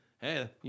hey